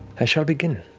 i shall begin.